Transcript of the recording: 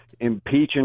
impeaching